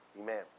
Amen